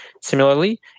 similarly